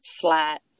flat